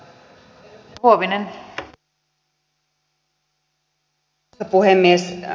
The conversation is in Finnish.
arvoisa rouva puhemies ja